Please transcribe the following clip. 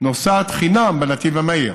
נוסעת חינם בנתיב המהיר.